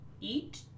eat